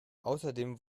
außerdem